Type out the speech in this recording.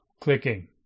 clicking